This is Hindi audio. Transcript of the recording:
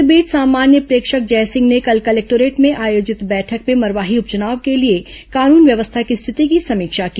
इस बीच सामान्य प्रेक्षक जयसिंह ने कल कलेक्टोरेट में आयोजित बैठक में मरवाही उपचुनाव के लिए कानून व्यवस्था की स्थिति की समीक्षा की